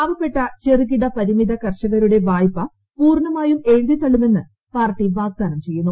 പാവപ്പെട്ട ചെറുകിട പരിമിത കർഷകരുടെ വായ്പ പൂർണ്ണമായും എഴുതി തള്ളുമെന്ന് പാർട്ടി വാഗ്ദാനം ചെയ്യുന്നു